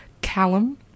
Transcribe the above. Callum